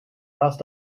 naast